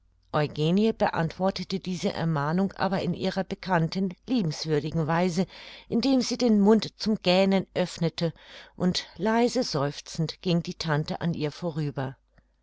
eugenie beantwortete diese ermahnung aber in ihrer bekannten liebenswürdigen weise indem sie den mund zum gähnen öffnete und leise seufzend ging die tante an ihr vorüber